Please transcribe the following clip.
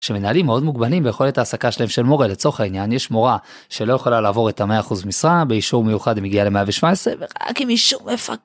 שמנהלים מאוד מוגבלים ביכולת ההעסקה שלהם של מורה לצורך העניין יש מורה שלא יכולה לעבור את המאה אחוז משרה באישור מיוחד היא מגיעה למאה ושבע עשרה ורק עם אישור מפקח.